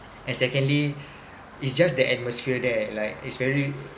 and secondly it's just the atmosphere there like it's very